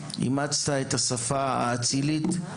אימצת את השפה האצילית,